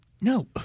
No